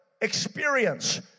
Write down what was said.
experience